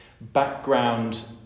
background